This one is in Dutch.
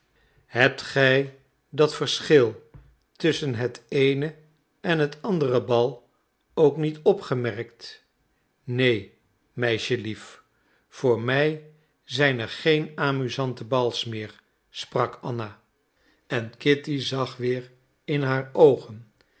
hebt gij dat verschil tusschen het eene en het andere bal ook niet opgemerkt neen meisjelief voor mij zijn er geen amusante bals meer sprak anna en kitty zag weer in haar oogen